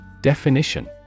Definition